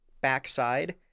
backside